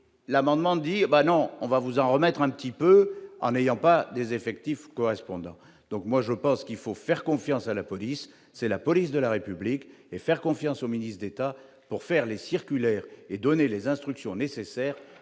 l'amendement bah non, on va vous en remettre un petit peu en n'ayant pas des effectifs correspondants, donc moi je pense qu'il faut faire confiance à la police, c'est la police de la République et faire confiance au ministre d'État pour faire les circulaires et donner les instructions nécessaires